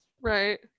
Right